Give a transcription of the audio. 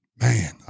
Man